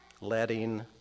letting